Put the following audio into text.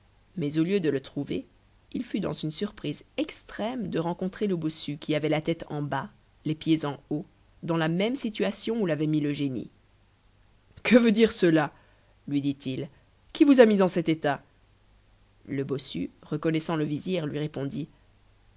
mais au lieu de le trouver il fut dans une surprise extrême de rencontrer le bossu qui avait la tête en bas les pieds en haut dans la même situation où l'avait mis le génie que veut dire cela lui ditil qui vous a mis en cet état le bossu reconnaissant le vizir lui répondit